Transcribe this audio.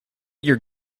your